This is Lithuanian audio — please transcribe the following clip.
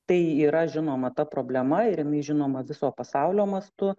tai yra žinoma ta problema ir ji žinoma viso pasaulio mastu